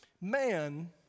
man